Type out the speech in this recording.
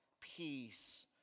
peace